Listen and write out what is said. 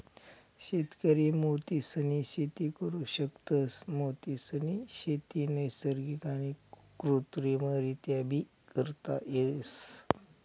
शेतकरी मोतीसनी शेती करु शकतस, मोतीसनी शेती नैसर्गिक आणि कृत्रिमरीत्याबी करता येस